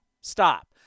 Stop